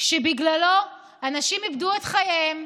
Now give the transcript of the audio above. שבגללו אנשים איבדו את חייהם,